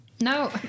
No